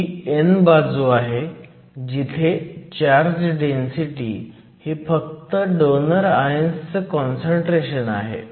ही n बाजू आहे जिथे चार्ज डेन्सीटी ही फक्त डोनर आयन्सचं काँसंट्रेशन आहे